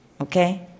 okay